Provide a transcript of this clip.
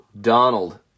Donald